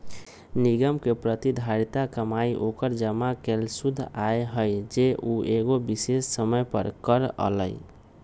निगम के प्रतिधारित कमाई ओकर जमा कैल शुद्ध आय हई जे उ एगो विशेष समय पर करअ लई